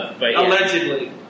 Allegedly